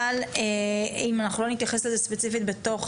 אבל אם אנחנו לא נתייחס לזה ספציפית בתוך